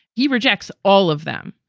he rejects all of them.